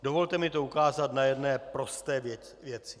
Dovolte mi to ukázat na jedné prosté věci.